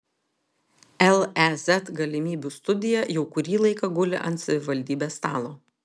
lez galimybių studija jau kurį laiką guli ant savivaldybės stalo